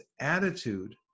attitude